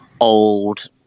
old